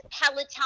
Peloton